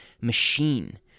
machine